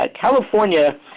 california